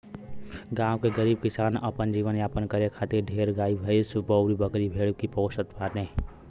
गांव के गरीब किसान अपन जीवन यापन करे खातिर ढेर गाई भैस अउरी बकरी भेड़ ही पोसत बाने